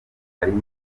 harimo